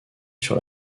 sur